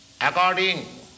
according